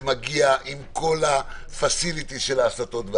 שמגיע עם כל ה-facilities של ההסתות.